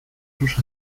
sus